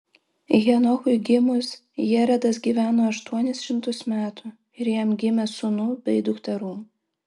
henochui gimus jeredas gyveno aštuonis šimtus metų ir jam gimė sūnų bei dukterų